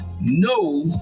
No